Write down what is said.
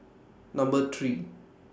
Number three